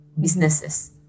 businesses